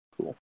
Cool